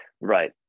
Right